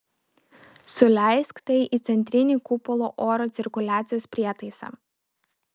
suleisk tai į centrinį kupolo oro cirkuliacijos prietaisą